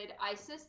Isis